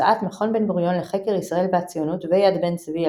הוצאת מכון בן-גוריון לחקר ישראל והציונות ויד בן צבי,